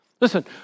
Listen